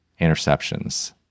interceptions